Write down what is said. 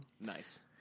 Nice